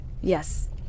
yes